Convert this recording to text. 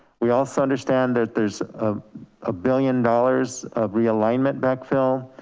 we also understand that there's a billion dollars of realignment backfill.